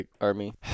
army